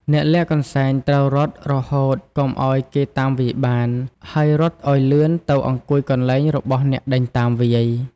អ្នកលាក់កន្សែង ត្រូវរត់រហូតកុំឲ្យគេតាមវាយបាន ហើយរត់ឲ្យលឿនទៅអង្គុយកន្លែងរបស់អ្នកដេញតាមវាយ។